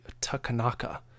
Takanaka